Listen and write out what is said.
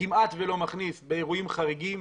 כמעט ולא מכניס, באירועים חריגים,